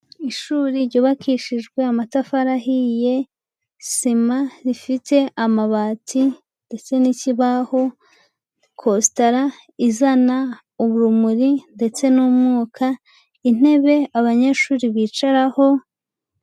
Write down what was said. Ishuri ryubakishijwe amatafari ahiye, sima, rifite amabati ndetse n'ikibaho. Kositara izana urumuri, ndetse n'umwuka. Intebe abanyeshuri bicaraho.